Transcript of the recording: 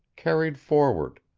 carried forward.